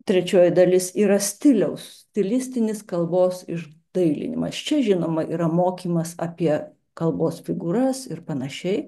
trečioji dalis yra stiliaus stilistinis kalbos išdailinimas čia žinoma yra mokymas apie kalbos figūras ir panašiai